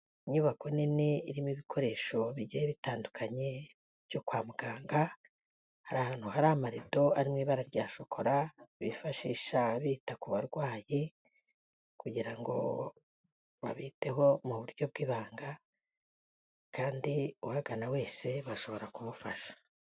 Inyubako nini irimo ibikoresho bigiye bitandukanye byo kwa muganga, hari ahantu hari amarido ari mu ibara rya shokora bifashisha bita ku barwayi kugira ngo babiteho mu buryo bw'ibanga kandi uhagana wese bashobora kumufasha.